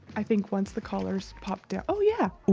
i think once the colors pop down, oh yeah!